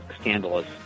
scandalous